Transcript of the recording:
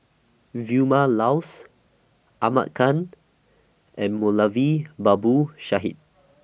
Vilma Laus Ahmad Khan and Moulavi Babu Sahib